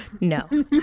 no